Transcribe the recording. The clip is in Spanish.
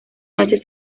noche